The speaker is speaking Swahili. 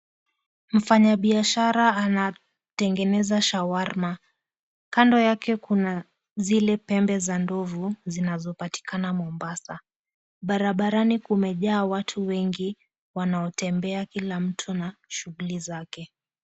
Mfanya biashara anatengeneza shawarma. Kando yake kuna zile pembe za ndovu zinazopatikana Mombasa. Barabarani kumejaa watu wengi wanaotembea, kila mtu na shughuli zake.